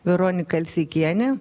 veronika alseikienė